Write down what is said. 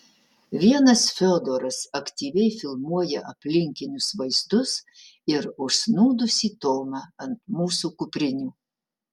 vienas fiodoras aktyviai filmuoja aplinkinius vaizdus ir užsnūdusį tomą ant mūsų kuprinių